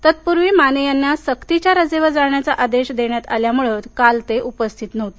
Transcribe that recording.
तत्पूर्वी माने यांना सक्तीच्या रजेवर जाण्याचा आदेश देण्यात आल्यामुळे काल ते उपस्थित नव्हते